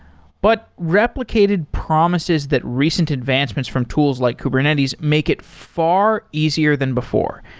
but replicated promises that recent advancements from tools like kubernetes make it far easier than before,